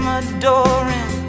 adoring